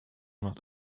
not